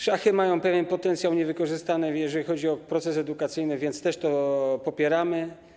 Szachy mają pewien potencjał niewykorzystany, jeżeli chodzi o proces edukacyjny, więc też to popieramy.